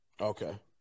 Okay